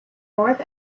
north